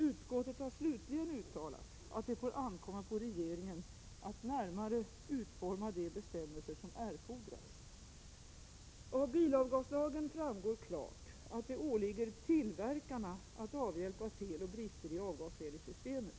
Utskottet har slutligen uttalat att det får ankomma på regeringen att närmare utforma de bestämmelser som erfordras. Av bilavgaslagen framgår klart att det åligger tillverkarna att avhjälpa fel och brister i avgasreningssystemet.